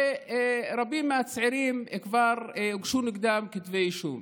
ורבים מהצעירים, כבר הוגשו נגדם כתבי אישום.